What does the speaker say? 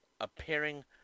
appearing